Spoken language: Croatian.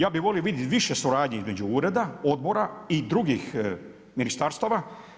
Ja bih volio vidjeti više suradnje između ureda, odbora i drugi ministarstava.